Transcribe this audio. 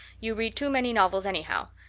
you read too many novels anyhow.